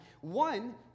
one